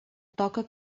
toca